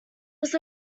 was